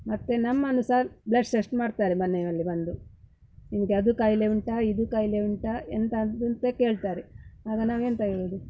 ಮತ್ತೆ ನಮ್ಮನ್ನು ಸಹ ಬ್ಲಡ್ ಸಶ್ಟ್ ಮಾಡ್ತಾರೆ ಮನೆಯಲ್ಲಿ ಬಂದು ನಿಮಗೆ ಅದು ಕಾಯಿಲೆ ಉಂಟಾ ಇದು ಕಾಯಿಲೆ ಉಂಟಾ ಎಂತ ಆದ್ದುಂತ ಕೇಳ್ತಾರೆ ಆಗ ನಾವು ಎಂತ ಹೇಳೋದು